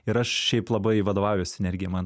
ir aš šiaip labai vadovaujuos sinergija man